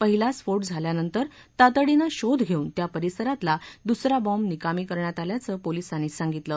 पहिला स्फोट झाल्यानंतर तातडीनं शोध घेऊन त्या परिसरातला दुसरा बाँब निकामी करण्यात आल्याचं पोलिसांनी सांगितलं